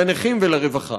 לנכים ולרווחה?